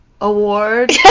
award